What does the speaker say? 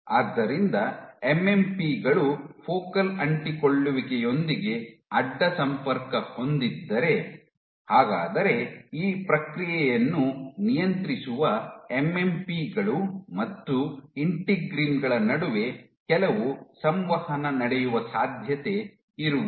ಆದ್ದರಿಂದ ಎಂಎಂಪಿ ಗಳು ಫೋಕಲ್ ಅಂಟಿಕೊಳ್ಳುವಿಕೆಯೊಂದಿಗೆ ಅಡ್ಡ ಸಂಪರ್ಕ ಹೊಂದಿದ್ದರೆ ಹಾಗಾದರೆ ಈ ಪ್ರಕ್ರಿಯೆಯನ್ನು ನಿಯಂತ್ರಿಸುವ ಎಂಎಂಪಿ ಗಳು ಮತ್ತು ಇಂಟಿಗ್ರಿನ್ ಗಳ ನಡುವೆ ಕೆಲವು ಸಂವಹನ ನಡೆಯುವ ಸಾಧ್ಯತೆ ಇರುವುದೇ